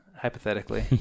hypothetically